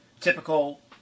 typical